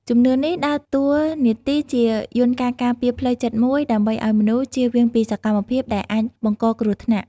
ជំនឿនេះដើរតួនាទីជាយន្តការការពារផ្លូវចិត្តមួយ ដើម្បីឲ្យមនុស្សជៀសវាងពីសកម្មភាពដែលអាចបង្កគ្រោះថ្នាក់។